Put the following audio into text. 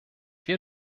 wir